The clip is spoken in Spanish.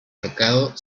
ahorcado